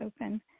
open